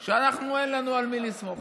שאנחנו, אין לנו על מי לסמוך.